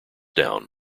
down